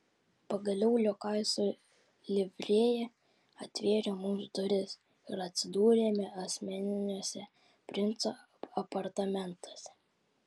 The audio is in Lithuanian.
pagaliau liokajus su livrėja atvėrė mums duris ir atsidūrėme asmeniniuose princo apartamentuose